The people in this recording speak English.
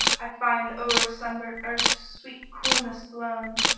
i find o'er sunburnt earth sweet coolness blown.